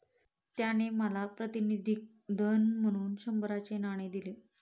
त्याने मला प्रातिनिधिक धन म्हणून शंभराचे नाणे दिले